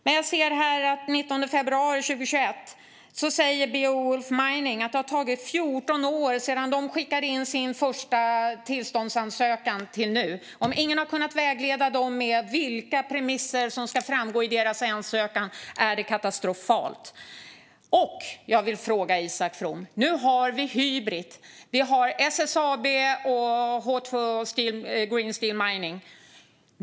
Men jag ser här att den 19 februari 2021 säger Beowulf Mining att det är 14 år sedan de skickade in sin första tillståndsansökan. Om ingen har kunnat vägleda dem med vilka premisser som ska framgå i deras ansökan är det katastrofalt. Jag vill ställa en fråga till Isak From. Nu har vi Hybrit, SSAB och H2 Green Steel Mining.